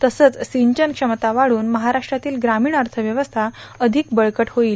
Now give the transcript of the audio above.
तसंच सिंचन क्षमता वाढून महाराष्ट्रातील ग्रामीण अर्थव्यवस्था अधिक बळकट होईल